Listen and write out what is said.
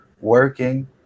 working